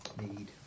need